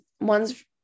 ones